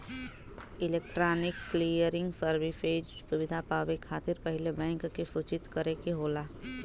electronic clearing services सुविधा पावे खातिर पहिले बैंक के सूचित करे के होला